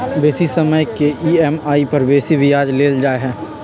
बेशी समय के ई.एम.आई पर बेशी ब्याज लेल जाइ छइ